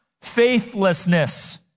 faithlessness